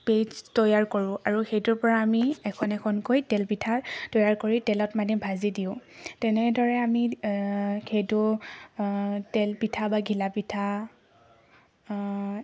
paste তৈয়াৰ কৰোঁ আৰু সেইটোৰ পৰা আমি এখন এখনকৈ তেলপিঠাৰ তৈয়াৰ কৰি তেলত মানে ভাজি দিওঁ তেনেদৰে আমি সেইটো তেল পিঠা বা ঘিলা পিঠা